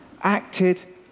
acted